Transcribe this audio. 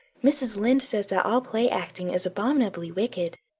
mrs. lynde says that all play-acting is abominably wicked.